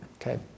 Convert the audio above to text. okay